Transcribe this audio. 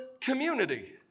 community